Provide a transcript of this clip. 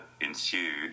ensued